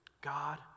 God